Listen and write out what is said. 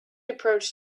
approached